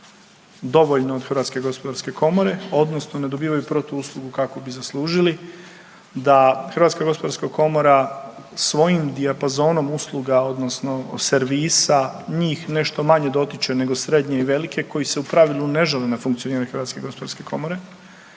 dovoljno od HGK odnosno ne dobivaju protuuslugu kakvu bi zaslužili, da HGK svojim dijapazonom usluga odnosno servisa njih nešto manje dotiče nego i srednje i velike koji se u pravilu ne žale na funkcioniranje HGK. I u tom